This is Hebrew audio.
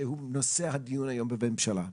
שהוא נושא הדיון היום בממשלה.